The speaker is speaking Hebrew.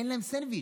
אין להם סנדוויץ'.